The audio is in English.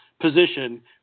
position